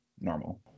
normal